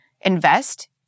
invest